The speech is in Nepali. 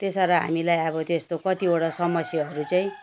त्यसो त हामीलाई अब त्यस्तो कतिवटा समस्याहरू चाहिँ